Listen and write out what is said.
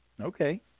okay